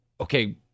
okay